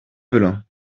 velin